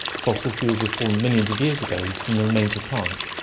fossil fuels were formed millions of years ago, from the remains of plants.